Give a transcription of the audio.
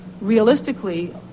realistically